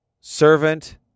servant